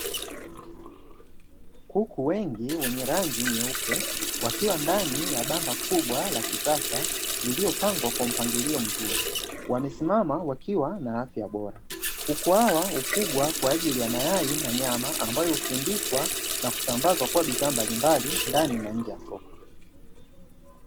Kuku wengi wenye rangi nyeupe wakiwa ndani ya banda kubwa la kisasa niliyopangwa kwa mpangilio mzuri, wamesimama wakiwa na afya bora kuku hawa hufugwa kwa ajili ya mayai na nyama ambayo husindikwa na kusambazwa kuwa bidhaa mbalimbali ndani na nje ya soko.